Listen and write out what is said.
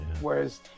whereas